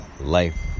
Life